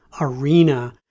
arena